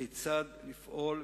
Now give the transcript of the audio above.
כיצד לפעול,